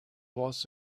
was